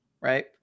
right